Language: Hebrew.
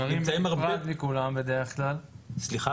גרים בנפרד מכולם בדרך כלל,